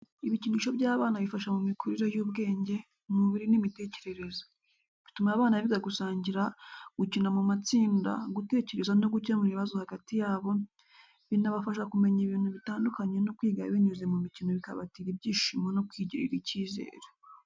Ibikinisho by’abana bifasha mu mikurire y’ubwenge, umubiri n’imitekerereze. Bituma abana biga gusangira, gukina mu matsinda, gutekereza no gukemura ibibazo hagati yabo, binabafasha kumenya ibintu bitandukanye no kwiga binyuze mu mikino bikabatera ibyishimo no kwigirira icyizere.